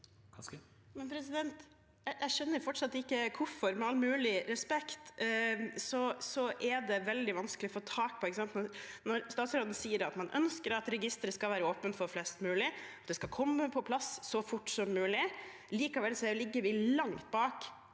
Jeg skjønner fortsatt ikke hvorfor. Med all mulig respekt – det er veldig vanskelig å få tak på det. Statsråden sier at man øns ker at registeret skal være åpent for flest mulig, og at det skal komme på plass så fort som mulig. Likevel ligger vi langt bak